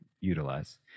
utilize